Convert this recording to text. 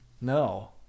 No